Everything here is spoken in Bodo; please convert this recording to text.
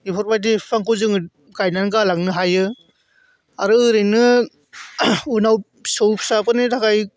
एफोरबायदि बिफांखौ जोङो गायनानै गालांनो हायो आरो ओरैनो उनाव फिसौ फिसाफोरनि थाखाय